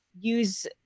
use